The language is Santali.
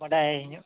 ᱵᱟᱰᱟᱭ ᱧᱚᱜ